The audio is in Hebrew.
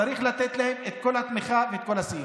צריך לתת להם את כל התמיכה ואת כל הסיוע.